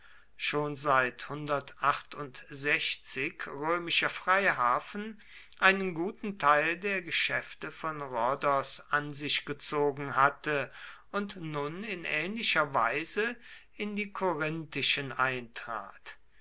schon seit römischer freihafen einen guten teil der geschäfte von rhodos an sich gezogen hatte und nun in ähnlicher weise in die korinthischen eintrat